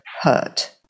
hurt